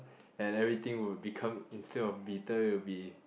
and everything will become instead of bitter it will be